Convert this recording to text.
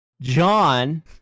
John